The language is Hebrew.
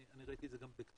אני ראיתי את זה גם בכתובים,